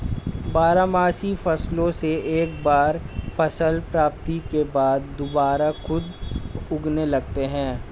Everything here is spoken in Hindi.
बारहमासी फसलों से एक बार फसल प्राप्ति के बाद दुबारा खुद उगने लगते हैं